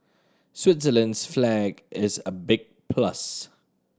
Switzerland's flag is a big plus